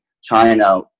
China